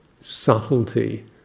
subtlety